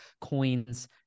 coins